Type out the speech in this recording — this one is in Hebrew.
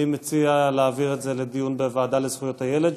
אני מציע להעביר את זה לדיון בוועדה לזכויות הילד,